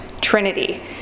Trinity